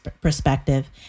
perspective